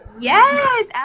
Yes